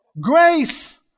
Grace